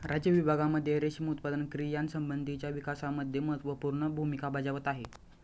राज्य विभागांमध्ये रेशीम उत्पादन क्रियांसंबंधीच्या विकासामध्ये महत्त्वपूर्ण भूमिका बजावत आहे